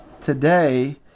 today